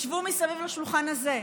ישבו מסביב לשולחן הזה,